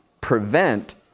prevent